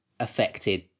affected